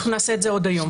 אנחנו נעשה את זה עוד היום.